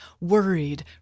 Worried